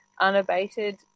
unabated